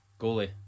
Goalie